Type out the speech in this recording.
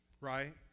right